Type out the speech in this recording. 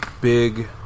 big